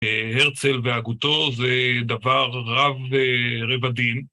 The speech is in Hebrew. הרצל והגותו זה דבר רב רבדים